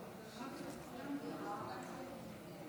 כנסת נכבדה,